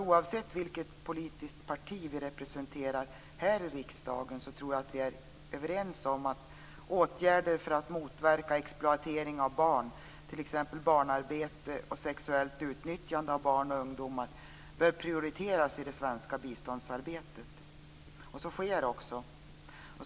Oavsett vilket politiskt parti vi representerar i riksdagen, är vi överens om att åtgärder för att motverka exploatering av barn, t.ex. barnarbete och sexuellt utnyttjande av barn och ungdomar, bör prioriteras i det svenska biståndsarbetet. Så sker också.